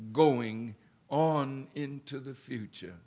going on into the future